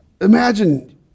Imagine